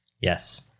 Yes